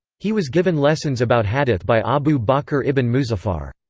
he was given lessons about hadith by abu bakr ibn muzaffar.